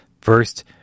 First